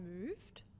moved